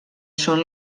són